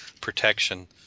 protection